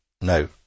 No